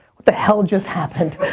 what the hell just happened?